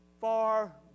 far